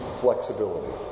flexibility